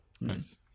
Nice